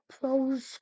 Pro's